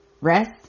Rest